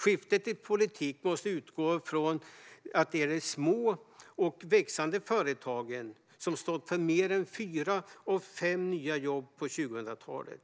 Skiftet i politik måste utgå från att det är de små och växande företagen som stått för mer än fyra av fem nya jobb på 2000-talet.